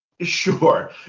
Sure